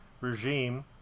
regime